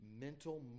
mental